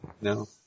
No